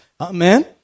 Amen